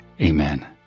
Amen